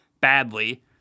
badly